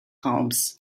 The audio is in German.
raumes